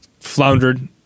floundered